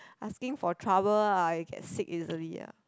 asking for trouble ah you get sick easily ah